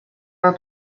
were